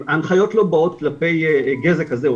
ההנחיות לא באות כלפי גזע כזה,